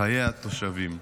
חיי התושבים.